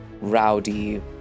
rowdy